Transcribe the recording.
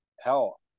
hell